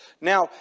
Now